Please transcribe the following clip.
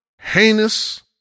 heinous